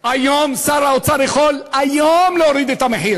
שר האוצר יכול היום להוריד את המחיר.